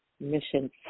mission